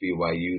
BYU